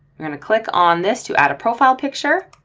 we're going to click on this to add a profile picture.